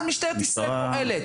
אז משטרת ישראל תפעל.